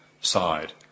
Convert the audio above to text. side